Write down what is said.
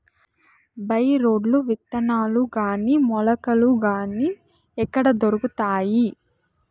By రోడ్లు విత్తనాలు గాని మొలకలు గాని ఎక్కడ దొరుకుతాయి?